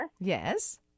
Yes